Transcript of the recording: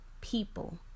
people